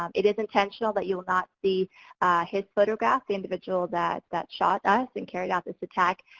um it is intentional, that you will not see his photograph, the individual that that shot us, and carried out this attack.